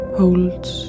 holds